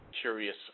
curious